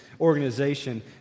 organization